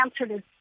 answered